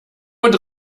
und